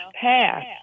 pass